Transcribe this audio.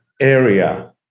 area